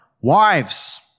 wives